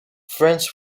friends